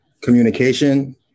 communication